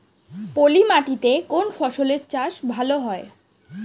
পলি মাটিতে কোন ফসলের চাষ ভালো হয়?